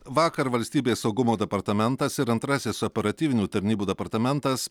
vakar valstybės saugumo departamentas ir antrasis operatyvinių tarnybų departamentas